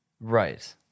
Right